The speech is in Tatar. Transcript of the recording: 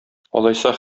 алайса